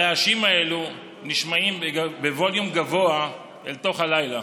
הרעשים האלה נשמעים בווליום גבוה אל תוך הלילה,